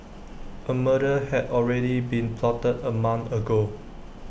A murder had already been plotted A month ago